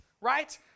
right